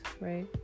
Right